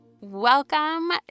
Welcome